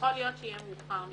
יכול להיות שיהיה מאוחר מדיי.